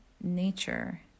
nature